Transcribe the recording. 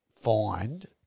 find